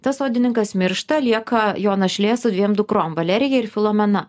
tas sodininkas miršta lieka jo našlė su dviem dukrom valerija ir filomena